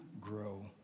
grow